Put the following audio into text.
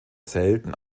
selten